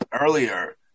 earlier